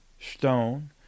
Stone